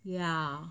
yeah